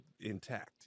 intact